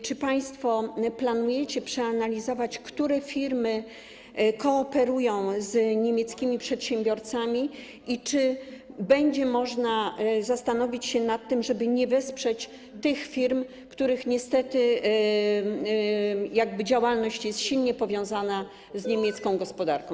Czy państwo planujecie przeanalizowanie, które firmy kooperują z niemieckimi przedsiębiorcami, i czy będzie można zastanowić się nad tym, czy nie wesprzeć tych firm, których działalność niestety jest silnie powiązana z niemiecką gospodarką?